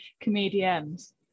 Comedians